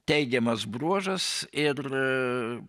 teigiamas bruožas ir